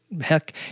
heck